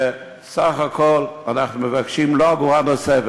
וסך הכול אנחנו לא מבקשים אגורה נוספת.